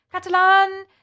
Catalan